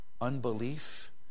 unbelief